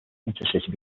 intercity